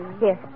Yes